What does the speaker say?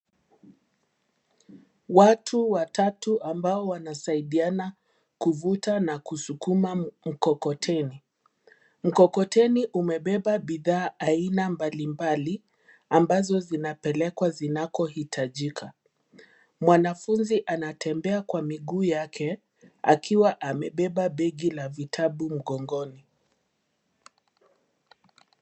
Watu watatu ambao wanasaidiana kuvuta na kusukuma mkokoteni. Mkokoteni umebeba bidhaa aina mbalimbali, ambazo zinapelekwa zinakohitajika .Mwanafunzi anatembea kwa miguu yake, akiwa amebeba begi la vitabu mgongoni.